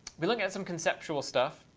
we're looking at some conceptual stuff.